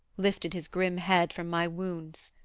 lifted his grim head from my wounds.